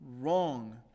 wrong